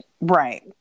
Right